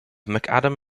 mcadam